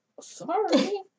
sorry